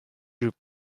group